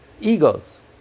Egos